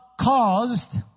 caused